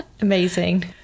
Amazing